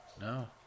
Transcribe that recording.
No